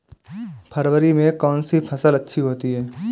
फरवरी में कौन सी फ़सल अच्छी होती है?